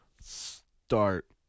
Start